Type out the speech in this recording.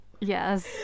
Yes